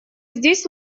здесь